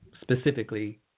specifically